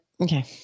Okay